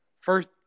First